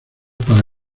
para